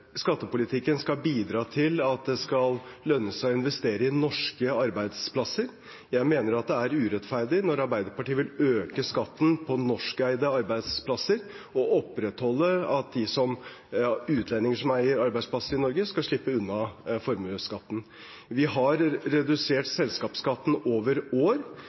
Skattepolitikken skal bidra til at det skal lønne seg å investere i norske arbeidsplasser. Jeg mener det er urettferdig når Arbeiderpartiet vil øke skatten på norskeide arbeidsplasser og opprettholde at utlendinger som eier arbeidsplasser i Norge, skal slippe unna formuesskatten. Vi har redusert selskapsskatten over år.